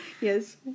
Yes